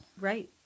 Right